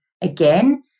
again